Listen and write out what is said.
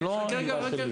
זו לא אמירה שלי.